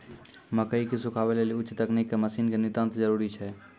मकई के सुखावे लेली उच्च तकनीक के मसीन के नितांत जरूरी छैय?